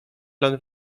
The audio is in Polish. plan